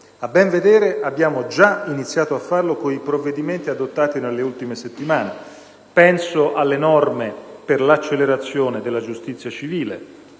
A ben vedere, abbiamo già iniziato a farlo con i provvedimenti adottati nelle ultime settimane: penso alle norme per l'accelerazione della giustizia civile;